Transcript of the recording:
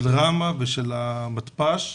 של ראמ"ה ושל המתפ"ש,